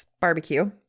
barbecue